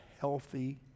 healthy